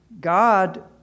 God